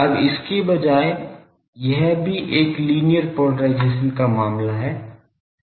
अब इसके बजाय यह भी एक लीनियर पोलराइजेशन का मामला है